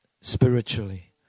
spiritually